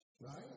Right